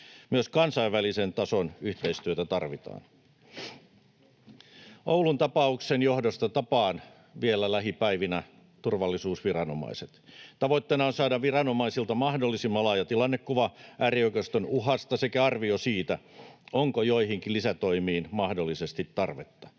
Myös kansainvälisen tason yhteistyötä tarvitaan. Oulun tapauksen johdosta tapaan vielä lähipäivinä turvallisuusviranomaiset. Tavoitteena on saada viranomaisilta mahdollisimman laaja tilannekuva äärioikeiston uhasta sekä arvio siitä, onko joihinkin lisätoimiin mahdollisesti tarvetta.